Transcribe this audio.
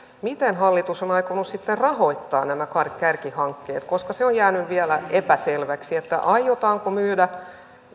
miten hallitus on on aikonut sitten rahoittaa nämä kärkihankkeet koska se on jäänyt vielä epäselväksi aiotaanko myydä